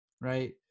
right